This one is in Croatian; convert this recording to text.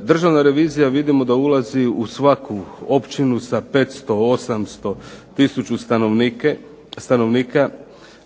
Državna revizija vidimo da ulazi u svaku općinu sa 500, 800, 1000 stanovnika,